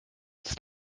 ist